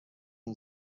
این